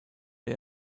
der